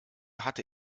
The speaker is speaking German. hatte